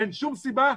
אין שום סיבה,